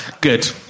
Good